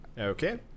Okay